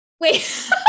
Wait